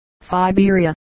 Siberia